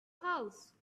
house